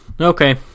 Okay